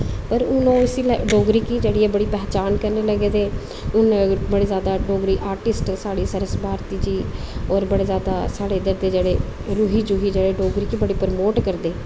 पर हून ओह् इस्सी डोगरी गी बड़ी पंछान करन लगे दे न हून बड़े सारे डोगरी आर्टिस्ट साढ़े सरस भारती जी होर बड़े जैदा साढ़े इद्धर दे जेह्ड़े रूही जूही डोगरी गी बड़ी प्रमोट करदे